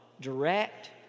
Direct